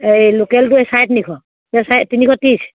এই লোকেলটো এই চাৰে তিনিশ চা তিনিশ ত্ৰিছ